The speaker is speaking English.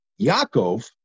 Yaakov